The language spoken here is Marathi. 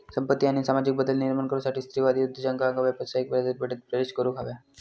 संपत्ती आणि सामाजिक बदल निर्माण करुसाठी स्त्रीवादी उद्योजकांका व्यावसायिक बाजारपेठेत प्रवेश करुक हवा